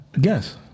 Guess